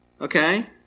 Okay